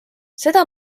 seda